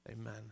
Amen